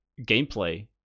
gameplay